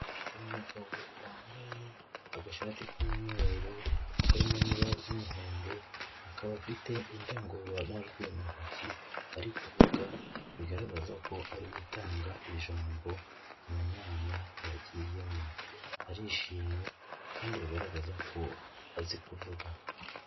Umugabo wambaye agashati k'umweru karimo n ibara ry'umuhondo akaba afite indangururamajwi mu ntoki ari kuvuga bigaragaza ko ari gutanga ijambo mu nama yagiyemo, arishimye kandi rigaragaza ko azi kuvuga.